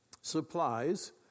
supplies